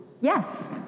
yes